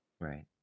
right